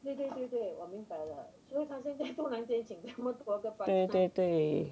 对对对